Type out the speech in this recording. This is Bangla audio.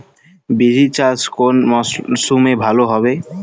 বিরি চাষ কোন মরশুমে ভালো হবে?